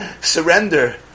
surrender